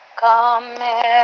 Come